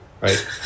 right